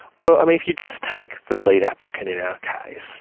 well, um if you just take the lead applicant in our case,